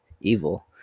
evil